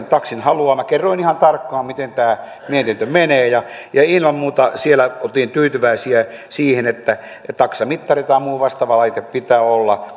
taksin haluaa kerroin ihan tarkkaan miten tämä mietintö menee ja ilman muuta siellä oltiin tyytyväisiä siihen että taksamittari tai muu vastaava laite pitää olla